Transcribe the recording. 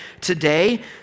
today